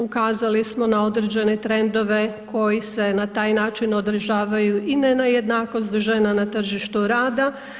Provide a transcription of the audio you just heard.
Ukazali smo na određene trendove koji se na taj način odražavaju i na nejednakost žena na tržištu rada.